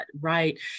right